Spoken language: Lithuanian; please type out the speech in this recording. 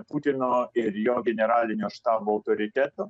putino ir jo generalinio štabo autoriteto